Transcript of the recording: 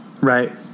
Right